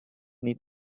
need